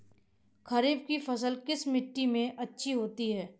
खरीफ की फसल किस मिट्टी में अच्छी होती है?